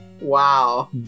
Wow